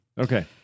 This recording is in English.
Okay